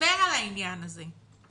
שמדבר על העניין הזה.